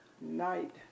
night